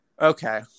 okay